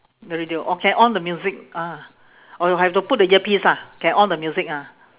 the radio or can on the music ah or have to put the earpiece ah can on the music ah